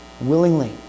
willingly